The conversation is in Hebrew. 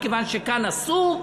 מכיוון שכאן אסור,